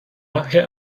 herr